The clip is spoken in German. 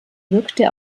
wirkte